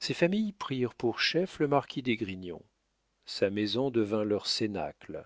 ces familles prirent pour chef le marquis d'esgrignon sa maison devint leur cénacle